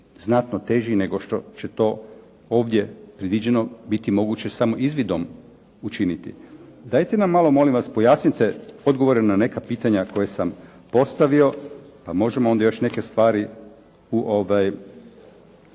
znatno teži nego što će to ovdje predviđeno biti moguće samo izvidom učiniti. Dajte nam malo molim vas pojasnite odgovore na neka pitanja koje sam postavio pa možemo onda još neke stvari u